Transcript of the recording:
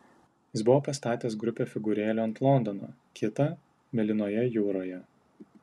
jis buvo pastatęs grupę figūrėlių ant londono kitą mėlynoje jūroje